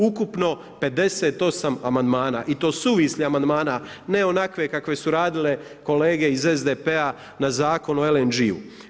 Ukupno 58 amandmana i to suvislih amandmana, ne onakve kakve su radile kolege iz SDP-a na Zakon o LNG-u.